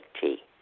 tea